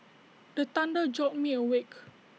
the thunder jolt me awake